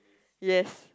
yes